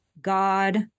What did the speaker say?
God